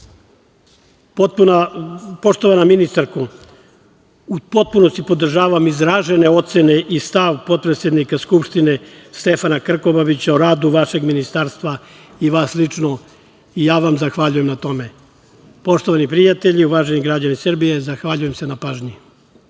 za. Poštovana ministarko, u potpunosti podržavam izražene ocene i stav potpredsednika Skupštine Stefana Krkobabića o radu vašeg ministarstva i vas lično i ja vam zahvaljujem na tome. Poštovani prijatelji, uvaženi građani Srbije, zahvaljujem se na pažnji.